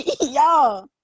Y'all